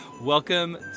Welcome